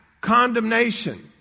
condemnation